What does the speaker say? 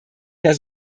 der